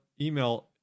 email